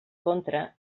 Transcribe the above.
contra